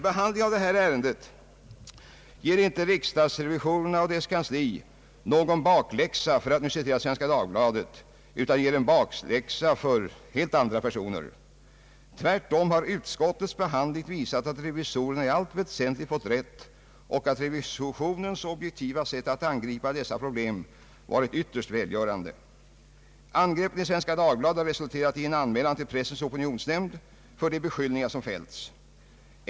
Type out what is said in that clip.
Behandlingen av detta ärende ger inte riksdagens revisorer och deras kansli någon bakläxa — för att nu citera Svenska Dagbladet — utan ger en bakläxa för helt andra personer. Tvärtom har utskottets behandling visat att revisorerna i allt väsentligt fått rätt och ati revisorernas objektiva sätt att angripa dessa problem har varit ytterst välgörande. Angreppen i Svenska Dagbladet har resulterat i en anmälan till Pressens opinionsnämnd för de beskyllningar som har gjorts.